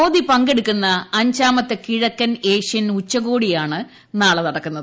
മോദി പങ്കെടുക്കുന്ന അഞ്ചാമത്തെ കിഴക്കൻ ഏഷ്യ ഉച്ച്കോടിയാണ് നാളെ നടക്കുന്നത്